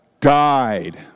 died